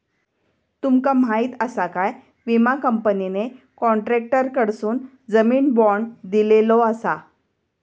तुमका माहीत आसा काय, विमा कंपनीने कॉन्ट्रॅक्टरकडसून जामीन बाँड दिलेलो आसा